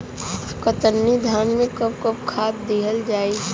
कतरनी धान में कब कब खाद दहल जाई?